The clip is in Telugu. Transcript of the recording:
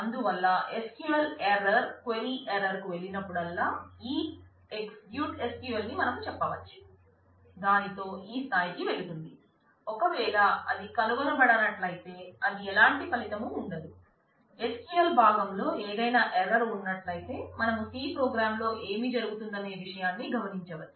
అందువల్ల SQL ఎర్రర్లో ఏమి జరుగుతుందనే విషయాన్ని గమనించవచ్చు